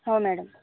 हो मॅडम